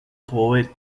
poet